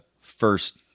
first